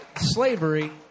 slavery